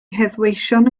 heddweision